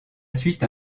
suite